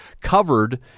covered